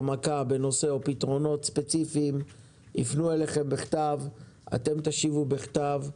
העמקה או פתרונות ספציפיים יפנו אליכם בכתב ואתם תשיבו בכתב.